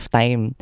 time